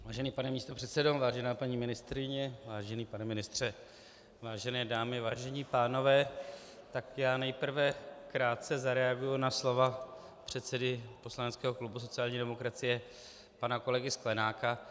Vážený pane místopředsedo, vážená paní ministryně, vážený pane ministře, vážené dámy, vážení pánové, nejprve krátce zareaguji na slova předsedy poslaneckého klubu sociální demokracie pana kolegy Sklenáka.